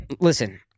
listen